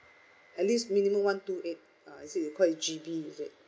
at least minimum one two eight uh is it they call it G_B is it